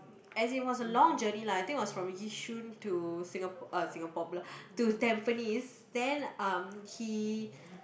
as in it was a long journey lah I think it was from yishun to Singapore uh Singapore pula to Tampines then um he